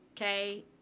Okay